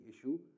issue